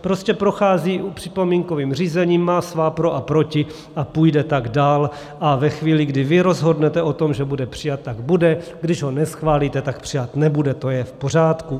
Prostě prochází připomínkovým řízením, má svá pro a proti a půjde tak dál a ve chvíli, kdy vy rozhodnete o tom, že bude přijat, tak bude, když ho neschválíte, tak přijat nebude, to je v pořádku.